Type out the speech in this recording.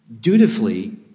dutifully